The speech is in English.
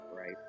right